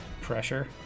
pressure